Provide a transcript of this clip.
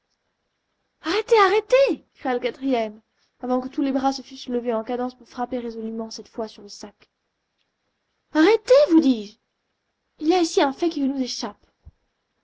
arrêtez arrêtez cria le quatrième avant que tous les bras se fussent levés en cadence pour frapper résolument cette fois sur le sac arrêtez vous dis-je il y a ici un fait qui nous échappe